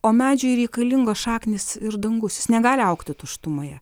o medžiui reikalingos šaknys ir dangus jis negali augti tuštumoje